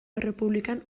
errepublikan